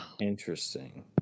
interesting